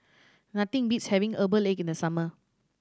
nothing beats having herbal egg in the summer